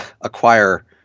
acquire